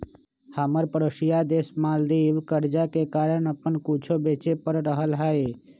हमर परोसिया देश मालदीव कर्जा के कारण अप्पन कुछो बेचे पड़ रहल हइ